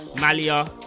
Malia